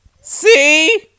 See